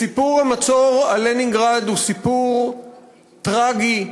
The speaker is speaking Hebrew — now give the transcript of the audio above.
סיפור המצור על לנינגרד הוא סיפור טרגי,